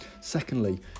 Secondly